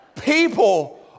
People